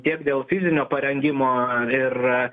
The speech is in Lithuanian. tiek dėl fizinio parengimo ir